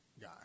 guy